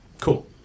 Cool